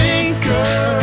anchor